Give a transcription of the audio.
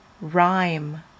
rhyme